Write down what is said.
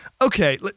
okay—